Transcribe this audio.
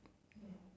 which one